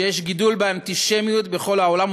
שיש גידול באנטישמיות בכל העולם,